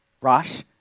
Rosh